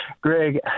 Greg